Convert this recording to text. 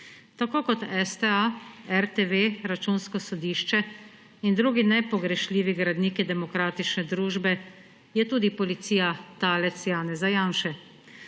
Tako kot STA, RTV, Računsko sodišče in drugi nepogrešljivi gradniki demokratične družbe je tudi policija talec Janeza Janše.